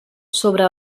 sobre